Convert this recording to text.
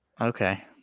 Okay